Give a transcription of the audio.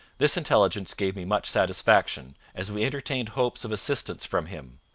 this intelligence gave me much satisfaction, as we entertained hopes of assistance from him.